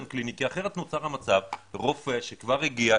קליני כי אחרת נוצר המצב שרופא שכבר הגיע,